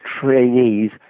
trainees